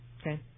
Okay